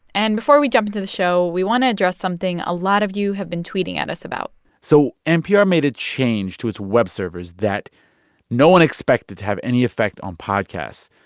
and before we jump into the show, we want to address something a lot of you have been tweeting at us about so npr made a change to its web servers that no one expected to have any effect on podcasts.